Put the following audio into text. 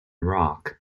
rock